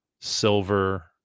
silver